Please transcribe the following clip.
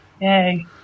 Yay